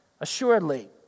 assuredly